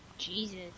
Jesus